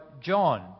John